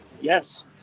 Yes